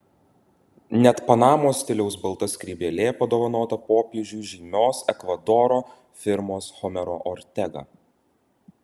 net panamos stiliaus balta skrybėlė padovanota popiežiui žymios ekvadoro firmos homero ortega